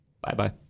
Bye-bye